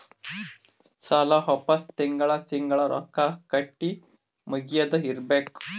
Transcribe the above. ಸಾಲ ವಾಪಸ್ ತಿಂಗಳಾ ತಿಂಗಳಾ ರೊಕ್ಕಾ ಕಟ್ಟಿ ಮುಗಿಯದ ಇರ್ಬೇಕು